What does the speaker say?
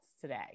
today